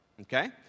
okay